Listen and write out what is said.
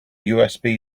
usb